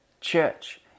church